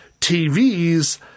TVs